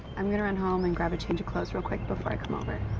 i'm gonna run home and grab a change of clothes real quick before i come over.